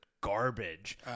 garbage